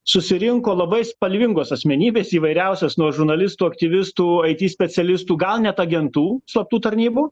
susirinko labai spalvingos asmenybės įvairiausios nuo žurnalistų aktyvistų iki specialistų gal net agentų slaptų tarnybų